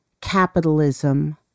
capitalism